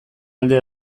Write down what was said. alde